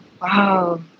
Wow